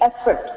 effort